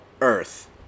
Earth